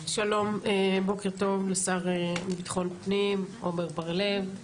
בוקר טוב לשר לביטחון הפנים עמר בר לב.